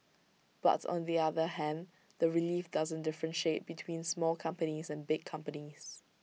but on the other hand the relief doesn't differentiate between small companies and big companies